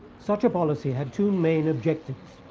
such a policy had two main objectives.